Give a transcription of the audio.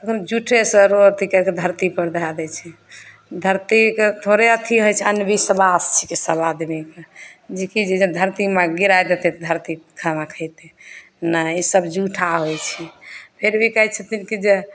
कखनो जुठेसँ अथी कै कऽ धरती पर धै दै छै धरतीके थोड़े अथी होइत छै अन्धबिश्वास छिकै सारा आदमीके जेकि जे धरती माँ गिराए देतै तऽ धरती खाना खइतै नहि ई सभ जूठा होइत छै फिर भी कहैत छथिन कि जे